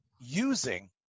using